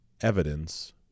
evidence